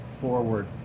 forward